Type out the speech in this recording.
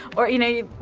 or, you know,